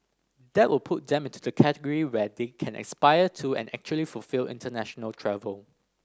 that will put them into the category where they can aspire to and actually fulfil international travel